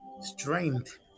strength